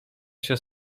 się